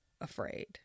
afraid